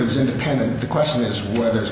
is independent the question is whether it's